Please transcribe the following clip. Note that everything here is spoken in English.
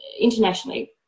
internationally